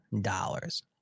dollars